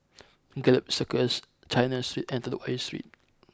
Gallop Circus China Street and Telok Ayer Street